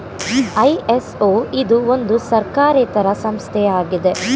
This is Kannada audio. ಐ.ಎಸ್.ಒ ಇದು ಒಂದು ಸರ್ಕಾರೇತರ ಸಂಸ್ಥೆ ಆಗಿದೆ